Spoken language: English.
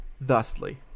thusly